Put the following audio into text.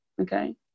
okay